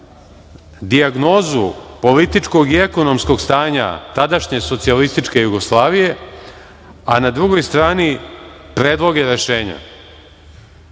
dijagnozu političkog i ekonomskog stanja tadašnje Socijalističke Jugoslavije, a na drugoj strani predloge rešenja.